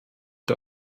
der